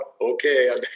okay